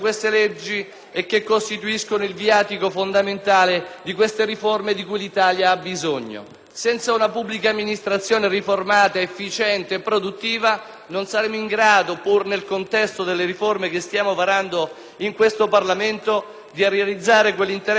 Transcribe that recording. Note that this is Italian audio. e che costituiscono il viatico fondamentale di riforme di cui l'Italia ha bisogno. Senza una pubblica amministrazione riformata, efficiente e produttiva non saremo in grado, pur nel contesto delle riforme che stiamo varando in Parlamento, di realizzare l'interesse pubblico